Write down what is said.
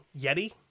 Yeti